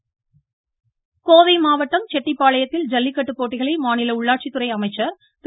வேலுமணி கோவை மாவட்டம் செட்டிப்பாளையத்தில் ஜல்லிக்கட்டு போட்டிகளை மாநில உள்ளாட்சித்துறை அமைச்சர் திரு